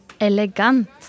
Elegant